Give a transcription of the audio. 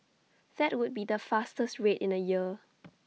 that would be the fastest rate in A year